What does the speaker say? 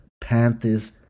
Panthers